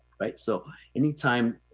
right? so anytime,